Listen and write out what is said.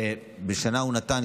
שבשנה הוא נתן,